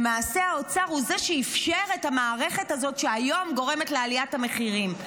למעשה האוצר הוא שאפשר את המערכת הזאת שהיום גורמת לעליית המחירים,